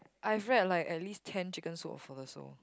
I've read like at least ten chicken soup for the Soul